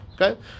Okay